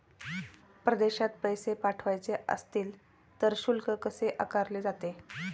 परदेशात पैसे पाठवायचे असतील तर शुल्क कसे आकारले जाते?